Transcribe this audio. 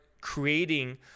creating